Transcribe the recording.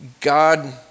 God